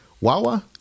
wawa